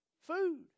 food